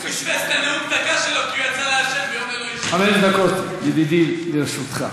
חמש דקות, ידידי, לרשותך.